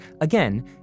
again